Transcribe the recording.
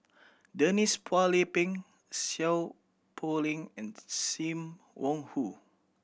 Denise Phua Lay Peng Seow Poh Leng and Sim Wong Hoo